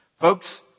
Folks